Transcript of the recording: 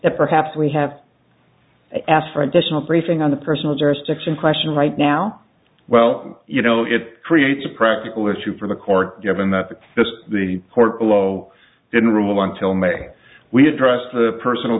that perhaps we have asked for additional briefing on the personal jurisdiction question right now well you know it creates a practical issue for the court given that the the court below didn't rule until may we address the personal